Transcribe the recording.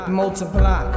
multiply